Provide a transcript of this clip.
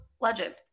Legend